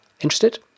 Interested